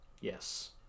Yes